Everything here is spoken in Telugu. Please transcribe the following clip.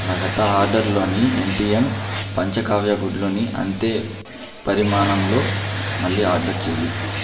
నా గత ఆర్డరులోని ఎంపీఎం పంచకావ్య గుడ్లని అంతే పరిమాణంలో మళ్ళీ ఆర్డర్ చేయి